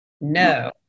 No